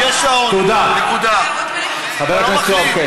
לא נכון, אתה לא מחליט.